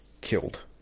killed